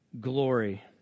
glory